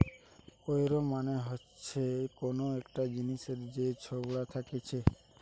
কৈর মানে হচ্ছে কোন একটা জিনিসের যে ছোবড়া থাকতিছে